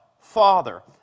Father